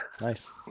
Nice